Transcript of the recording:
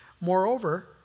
Moreover